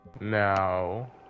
now